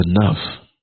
enough